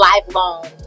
lifelong